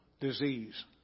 disease